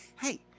hey